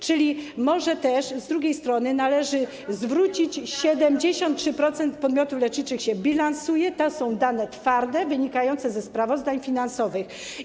Czyli może też z drugiej strony należy zwrócić na to uwagę - 73% podmiotów leczniczych się bilansuje, to są dane twarde, wynikające ze sprawozdań finansowych.